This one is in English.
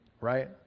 right